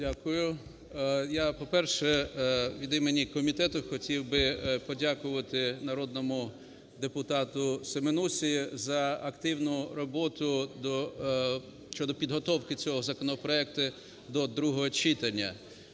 Дякую. Я, по-перше, від імені комітету хотів би подякувати народному депутатуСеменусі за активну роботу щодо підготовки цього законопроекту до другого читання.